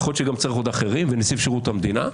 יכול להיות שצריך עוד אחרים ונציב שירות המדינה,